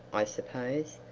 i suppose.